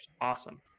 awesome